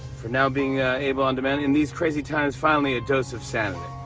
for now being able on demand in these crazy times, finally, dose of sanity.